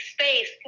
space